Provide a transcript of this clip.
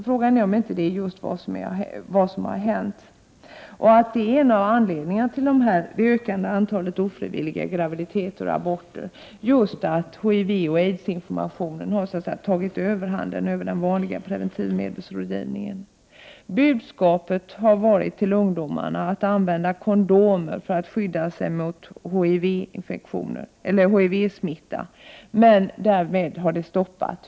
Frågan är om inte just detta hänt och att en av anledningarna till det ökade antalet ofrivilliga graviditeter och aborter just är att HIV och aidsinformationen har tagit överhanden över den vanliga preventivmedelsrådgivningen. Budskapet till ungdomarna har varit att använda kondom för att skydda sig mot HIV smitta, och därvid har man stannat.